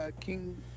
King